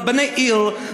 רבני עיר,